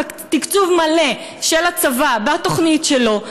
תקצוב מלא של הצבא בתוכנית שלו.